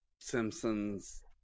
Simpsons